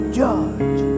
judge